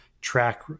track